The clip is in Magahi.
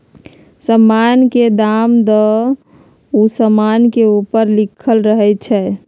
समान के दाम उ समान के ऊपरे लिखल रहइ छै